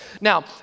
Now